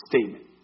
statement